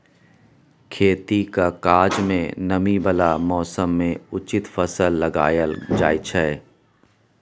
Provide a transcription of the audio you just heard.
खेतीक काज मे नमी बला मौसम मे उचित फसल लगाएल जाइ छै